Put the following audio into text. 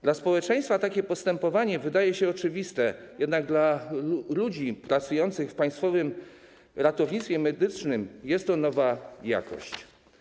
Dla społeczeństwa takie postępowanie wydaje się oczywiste, jednak dla ludzi pracujących w państwowym ratownictwie medycznym jest to nowa jakość.